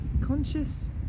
conscious